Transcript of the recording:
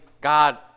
God